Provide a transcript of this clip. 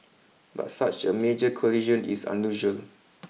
but such a major collision is unusual